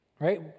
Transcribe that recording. right